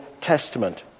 Testament